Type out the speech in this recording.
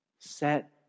Set